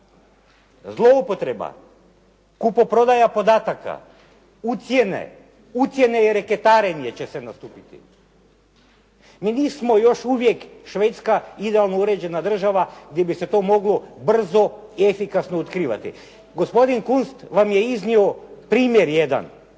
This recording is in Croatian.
Zloupotreba, kupoprodaja podataka, ucjene, ucjene i reketarenje će sad nastupiti. Mi nismo još uvijek Švedska, idealno uređena država gdje bi se to moglo brzo i efikasno otkrivati. Gospodin Kunst vam je iznio primjer jedan.